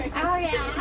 how are you?